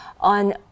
on